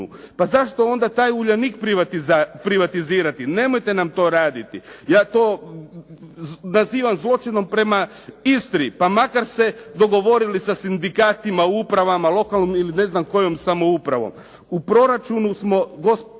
Pa zašto onda taj Uljanik privatizirati? Nemojte nam to raditi. Ja to nazivam zločinom prema Istri, pa makar se dogovorili sa sindikatima, upravama, lokalnom ili ne znam kojom samoupravom. U proračunu smo,